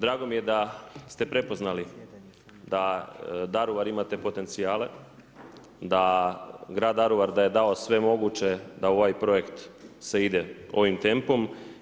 Drago mi je da ste prepoznali da Daruvar ima te potencijale, da grad Daruvar da je dao sve moguće da u ovaj projekt se ide ovim tempom.